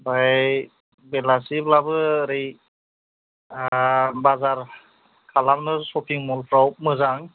ओमफ्राय बेलासिब्लाबो ओरै बाजार खालामनो सफिं मलफ्राव मोजां